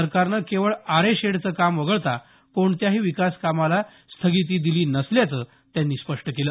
सरकारनं केवळ आरे शेडचं काम वगळता कोणत्याही विकास कामाला स्थगिती दिली नसल्याचं त्यांनी स्पष्ट केलं